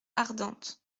ardentes